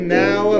now